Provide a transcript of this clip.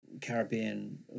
Caribbean